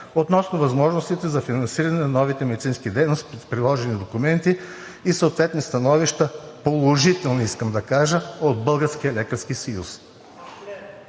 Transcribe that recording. относно възможностите за финансиране на новите медицински дейности с приложени документи и съответни положителни становища от Българския лекарски съюз.